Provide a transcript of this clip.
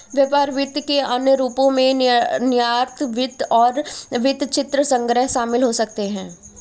व्यापार वित्त के अन्य रूपों में निर्यात वित्त और वृत्तचित्र संग्रह शामिल हो सकते हैं